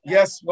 Yes